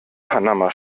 panama